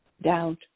doubt